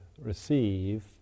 receive